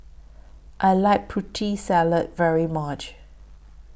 I like Putri Salad very much